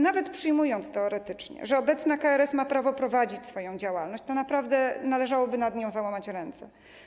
Nawet przyjmując teoretycznie, że obecna KRS ma prawo prowadzić swoją działalność, to naprawdę należałoby nad nią załamać ręce.